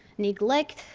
neglect.